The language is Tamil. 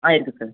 ஆ இருக்குது சார்